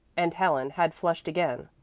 and helen had flushed again,